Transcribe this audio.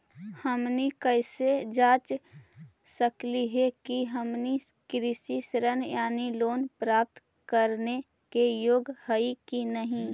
हमनी कैसे जांच सकली हे कि हमनी कृषि ऋण यानी लोन प्राप्त करने के योग्य हई कि नहीं?